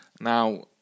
now